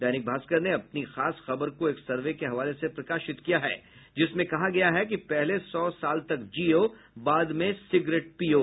दैनिक भास्कर ने अपनी खास खबर को एक सर्वे के हवाले से प्रकाशित किया है जिसमें कहा गया है कि पहले सौ साल तक जीयो बाद में सिगरेट पीयो